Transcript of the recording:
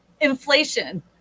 inflation